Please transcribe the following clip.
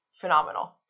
phenomenal